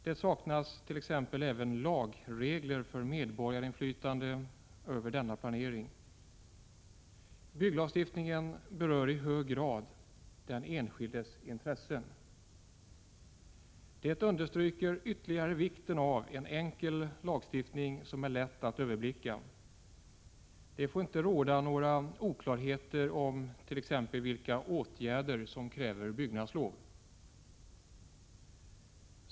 Det saknas t.ex. lagregler för medborgarinflytande över denna planering. Bygglagstiftningen berör i hög grad den enskildes intressen. Det understryker ytterligare vikten av en enkel lagstiftning som är lätt att överblicka. Det får inte råda några oklarheter t.ex. om vilka åtgärder som kräver byggnadslov.